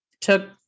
took